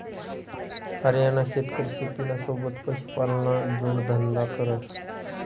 हरियाणाना शेतकरी शेतीना सोबत पशुपालनना जोडधंदा करस